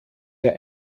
der